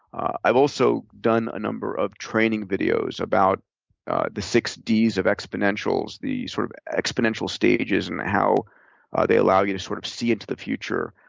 i've also done a number of training videos about the six d's of exponentials, the sort of exponential stages and how they allow you to sort of see into the future.